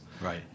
right